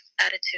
attitude